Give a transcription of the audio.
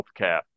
healthcare